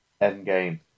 Endgame